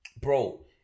Bro